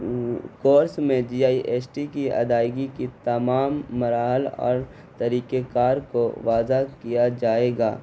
course میں G I S T کی ادائیگی کی تمام مراحل اور طریقۂ کار کو واضح کیا جائے گا